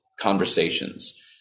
conversations